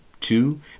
two